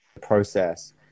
process